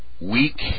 weak